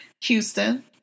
Houston